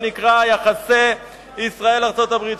על מה שנקרא יחסי ישראל ארצות-הברית.